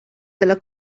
della